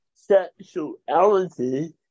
sexuality